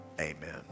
Amen